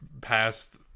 past